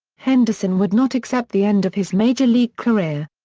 henderson would not accept the end of his major league career.